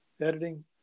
editing